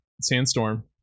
Sandstorm